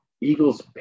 Eagles